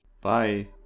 bye